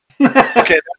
Okay